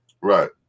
Right